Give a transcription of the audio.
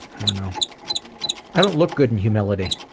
i don't i don't look good in humility.